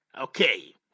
Okay